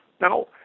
Now